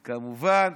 וכמובן,